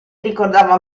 ricordava